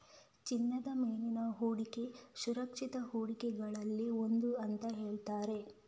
ಚಿನ್ನದ ಮೇಲಿನ ಹೂಡಿಕೆ ಸುರಕ್ಷಿತ ಹೂಡಿಕೆಗಳಲ್ಲಿ ಒಂದು ಅಂತ ಹೇಳ್ತಾರೆ